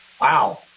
Wow